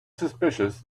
suspicious